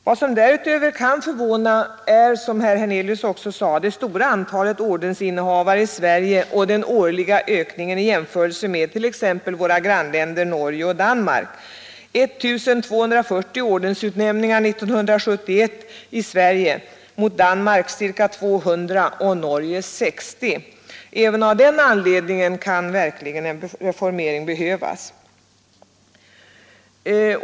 Vad som därutöver kan förvåna är, som herr Hernelius också sade, det stora antalet ordensinnehavare i Sverige och den årliga ökningen i jämförelse med t.ex. våra grannländer Norge och Danmark: 1240 ordensutnämningar 1971 i Sverige mot Danmarks ca 200 och Norges ca 60. Även av den anledningen kan en reformering behövas.